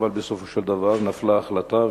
אבל בסופו של דבר נפלה החלטה,